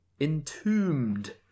Entombed